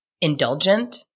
indulgent